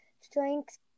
strengths